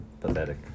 pathetic